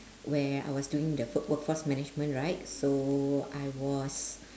where I was doing the work work force management right so I was